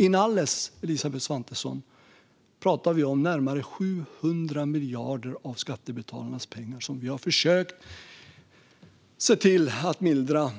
Inalles, Elisabeth Svantesson, talar vi om närmare 700 miljarder av skattebetalarnas pengar som vi har använt för att försöka mildra